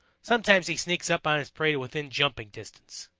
sometimes he sneaks up on his prey to within jumping distance.